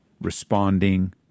responding